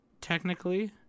technically